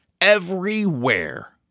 Everywhere